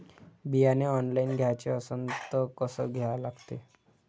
बियाने ऑनलाइन घ्याचे असन त कसं घ्या लागते?